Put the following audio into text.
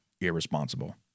irresponsible